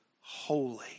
holy